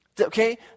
Okay